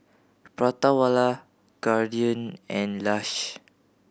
Prata Wala Guardian and Lush